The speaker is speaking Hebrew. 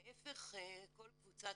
להיפך, כל קבוצת